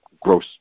gross